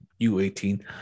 U18